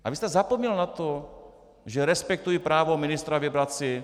Ale vy jste zapomněl na to, že respektuji právo ministra vybrat si.